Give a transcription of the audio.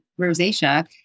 rosacea